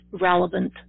relevant